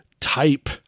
type